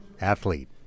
athlete